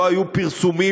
לא היו פרסומים,